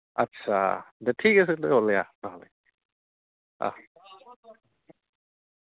আচ্ছা দে ঠিক আছে তে ওলাই আহ অহ দে অঁ